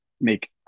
make